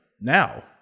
Now